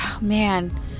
man